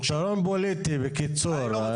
פתרון פוליטי, בקיצור.